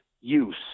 use